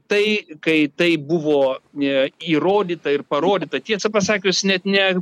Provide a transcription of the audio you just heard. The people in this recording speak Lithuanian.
tai kai tai buvo e įrodyta ir parodyta tiesą pasakius net ne